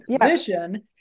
position